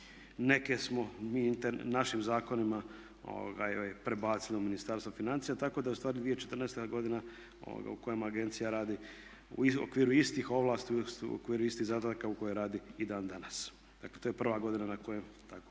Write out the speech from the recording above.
Neke smo mi našim zakonima prebacili u Ministarstvo financija, tako da je u stvari 2014. godina u kojem agencija radi u okviru istih ovlasti, u okviru istih zadataka u koje radi i dan danas. Dakle, to je prva godina na kojoj tako